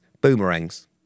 Boomerangs